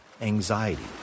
anxiety